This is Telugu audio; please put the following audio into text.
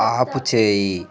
ఆపుచేయి